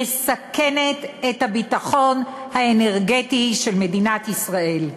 מסכנת את הביטחון האנרגטי של מדינת ישראל.